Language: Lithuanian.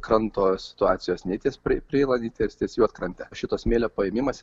kranto situacijos nei ties preila nei ties juodkrante šito smėlio paėmimas